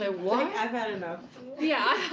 ah what? i've had enough. yeah.